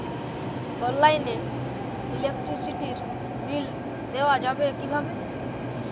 অনলাইনে ইলেকট্রিসিটির বিল দেওয়া যাবে কিভাবে?